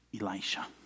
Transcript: Elisha